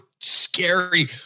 scary